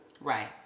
Right